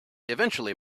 eventually